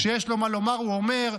כשיש לו מה לומר, הוא אומר.